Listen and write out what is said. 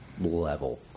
level